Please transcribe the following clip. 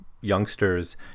youngsters